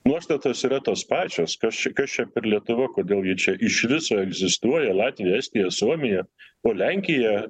nuostatos yra tos pačios kas čia kas čia per lietuva kodėl gi čia iš viso egzistuoja latvija estija suomija po lenkiją